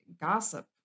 gossip